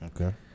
Okay